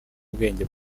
bwenge